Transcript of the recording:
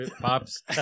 Pops